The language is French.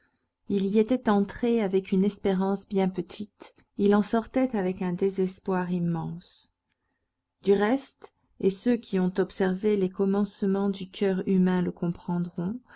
il y était entré avec une espérance bien petite il en sortait avec un désespoir immense du reste et ceux qui ont observé les commencements du coeur humain le comprendront